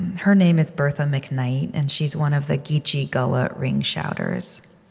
her name is bertha mcknight, and she's one of the geechee gullah ring shouters